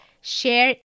share